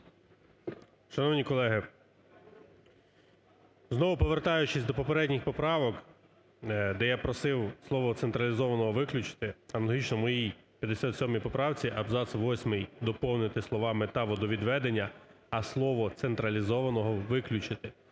Шановні колеги, знову повертаючись до попередніх поправок, де я просив слово "централізованого" виключити, аналогічно моїй 57 поправці абзац 8 доповнити словами "та водовідведення", а слово "централізованого" виключити.